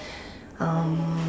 um